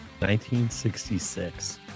1966